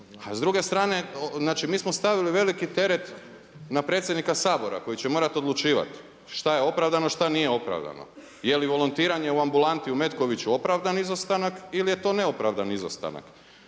s druge strane, znači mi smo stavili veliki teret na predsjednika Sabora koji će morat odlučivati šta je opravdano, šta nije opravdano. Je li volontiranje u ambulanti u Metkoviću opravdan izostanak ili je to neopravdan izostanak.